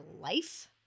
life